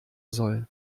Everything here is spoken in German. soll